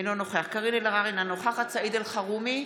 אינו נוכח קארין אלהרר, אינה נוכחת סעיד אלחרומי,